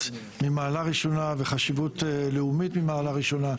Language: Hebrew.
ממעלה ראשונה וחשיבות לאומית ממעלה ראשונה,